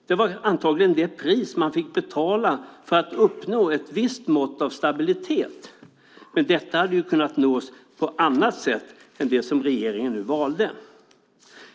Det var antagligen det pris man fick betala för att uppnå ett visst mått av stabilitet. Men detta hade kunnat uppnås på annat sätt än det sätt som regeringen nu valde.